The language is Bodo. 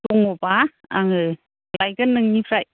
दङबा आङो लायगोन नोंनिफ्राय